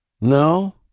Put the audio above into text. No